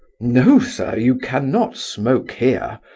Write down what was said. no, sir, you cannot smoke here,